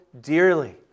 dearly